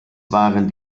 waren